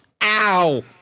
Ow